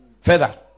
Further